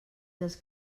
dels